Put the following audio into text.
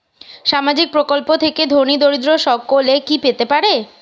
সামাজিক প্রকল্প থেকে ধনী দরিদ্র সকলে কি পেতে পারে?